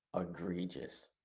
egregious